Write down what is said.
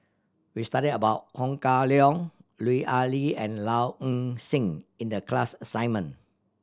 we studied about Ho Kah Leong Lut Ali and Low Ing Sing in the class assignment